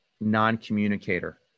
non-communicator